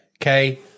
okay